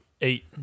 Eight